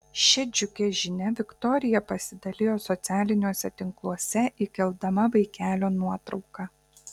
šia džiugia žinia viktorija pasidalijo socialiniuose tinkluose įkeldama vaikelio nuotrauką